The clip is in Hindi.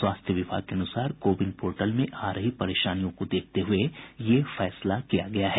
स्वास्थ्य विभाग के अनुसार कोविन पोर्टल में आ रही परेशानियों को देखते हुए ये फैसला किया गया है